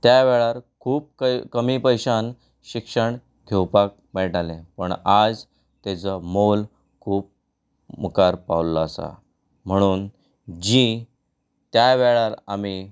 त्या वेळार खूब कमी पयश्यान शिक्षण घेवपाक मेळटालें पण आज तेजो मोल खूब मुखार पावल्लो आसा म्हणून जी त्या वेळार आमी